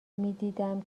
میدیدم